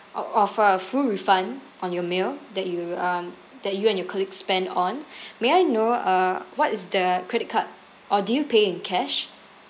o~ offer a full refund on your meal that you um that you and your colleague spent on may I know uh what is the credit card or did you pay in cash